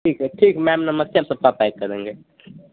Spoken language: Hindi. ठीक है ठीक मैम नमस्ते हम सबका पैक करेंगे